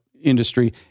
industry